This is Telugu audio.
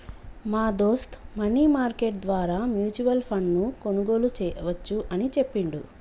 మా దోస్త్ మనీ మార్కెట్ ద్వారా మ్యూచువల్ ఫండ్ ను కొనుగోలు చేయవచ్చు అని చెప్పిండు